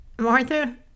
Martha